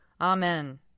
Amen